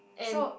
and